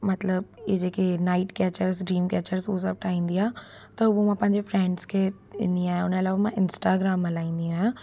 मतलबु इहे जेके नाइट कैचर्स ड्रीम केचर्स उहो सभु ठाहींदी आहे त उहो मां पंहिंजे फ्रैंड्स खे ॾींदी आहियां हुन लाइ उहो मां इंस्टाग्राम हलाईंदी आहियां